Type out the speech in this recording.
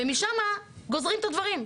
ומשם גוזרים את הדברים.